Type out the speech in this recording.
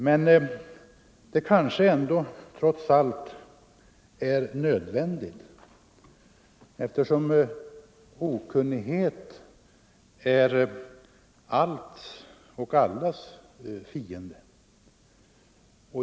Men det kanske trots allt ändå är nödvändigt, eftersom okunnigheten är allas fiende.